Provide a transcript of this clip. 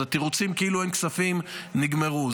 אז התירוצים כאילו אין כספים, נגמרו.